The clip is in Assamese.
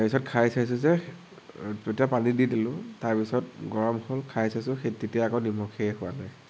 তাৰপিছত খাই চাইছো যে তেতিয়া পানী দি দিলোঁ তাৰপিছত গৰম হ'ল খাই চাইছো সেই তেতিয়া আকৌ নিমখে হোৱা নাই